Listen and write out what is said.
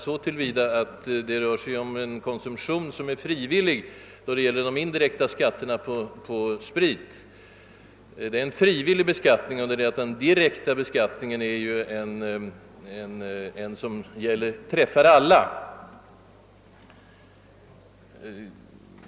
För de indirekta skatterna på sprit rör det sig om frivillig konsumtion, och därmed skatt, medan den direkta beskattningen träffar alla.